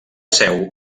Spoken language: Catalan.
seu